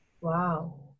Wow